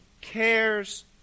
cares